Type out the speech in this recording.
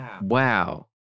Wow